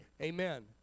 amen